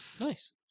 Nice